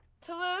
Toulouse